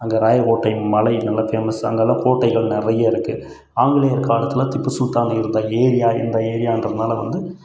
அங்கே ராயக்கோட்டை மலை நல்ல ஃபேமஸ் அங்கெலாம் கோட்டைகள் நிறைய இருக்குது ஆங்கிலேயர் காலத்தில் திப்பு சுல்தான் இருந்த ஏரியா இந்த ஏரியாகிறதுனால வந்து